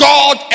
God